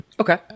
Okay